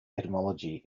etymology